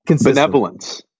Benevolence